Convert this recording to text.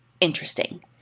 Interesting